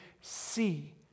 see